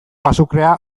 azukrea